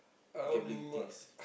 gambling things